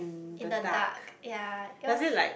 in the dark ya it was